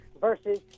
versus